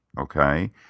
okay